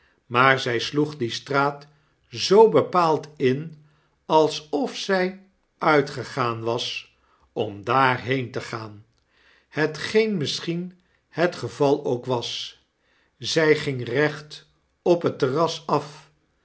maar zij sloeg die straat zoo bepaald in alsof zij uitgesfaan was om daarheen te gaan hetgeen misscnien het geval ook was zy ging recht op het terras af